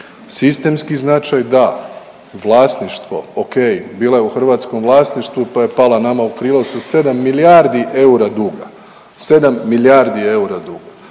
sistemski značaj da, vlasništvo ok, bila je u hrvatskom vlasništvu pa je pala nama u krilo sa 7 milijardi eura duga,